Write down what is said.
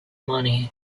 money